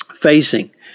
facing